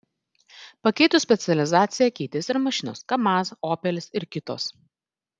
pakeitus specializaciją keitėsi ir mašinos kamaz opelis ir kitos